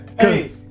Hey